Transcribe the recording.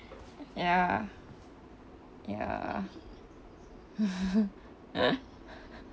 ya ya